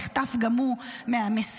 נחטף גם הוא מהמסיבה,